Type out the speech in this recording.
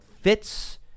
fits